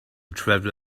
travel